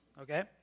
okay